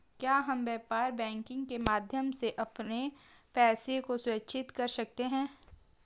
क्या हम व्यापार बैंकिंग के माध्यम से अपने पैसे को सुरक्षित कर सकते हैं?